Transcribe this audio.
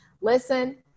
listen